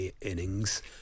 innings